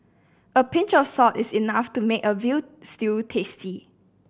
a pinch of salt is enough to make a veal stew tasty